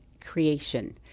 creation